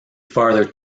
farther